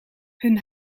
hun